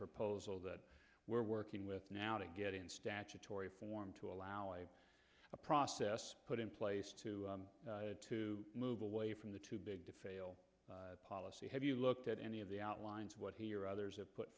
proposal that we're working with now to get in statutory form to allow a process put in place to to move away from the too big to fail policy have you looked at any of the outlines what he or others have put